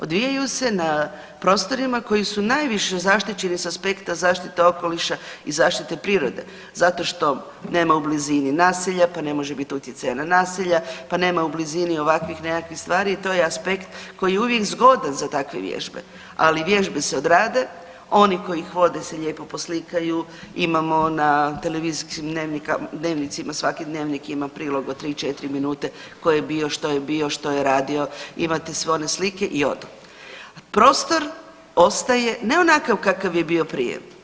Odvijaju se na prostorima koji su najviše zaštićeni s aspekta zaštite okoliša i zaštite prirode, zato što nema u blizini naselja, pa ne može biti utjecaja na naselje, pa nema u blizini ovakvih nekakvih stvari i to je aspekt koji je uvijek zgodan za takve vježbe, ali vježbe se odrade, oni koji ih vode se lijepo poslikaju, imamo na televizijskim dnevnicima, svaki dnevnik ima prilog od 3-4 minute, tko je bio, što je bio, što je radio imate sve one slike i ode, a prostor ostaje ne ovakav kakav je bio prije.